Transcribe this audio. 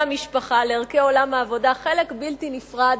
המשפחה לערכי עולם העבודה חלק בלתי נפרד